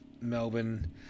Melbourne